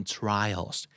trials